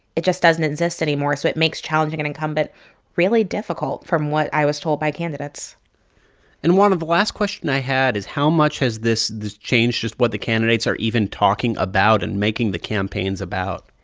it just doesn't exist anymore. so it makes challenging an incumbent really difficult, from what i was told by candidates and juana, the last question i had is how much has this this changed just what the candidates are even talking about and making the campaigns about?